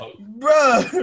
Bro